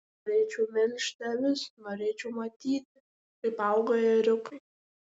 norėčiau melžti avis norėčiau matyti kaip auga ėriukai